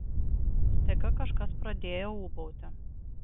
staiga kažkas pradėjo ūbauti